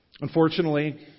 Unfortunately